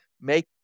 make